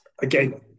again